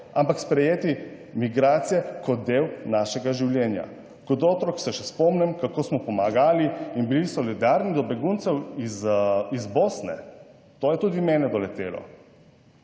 ampak sprejeti migracije kot del našega življenja. Kot otrok se še spomnim, kako smo pomagali in bili solidarni do beguncev iz Bosne. To je tudi mene doletelo.